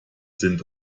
sind